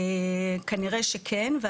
כנראה שכן.